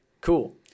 cool